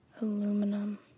Aluminum